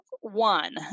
one